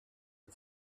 him